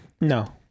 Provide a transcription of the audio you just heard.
No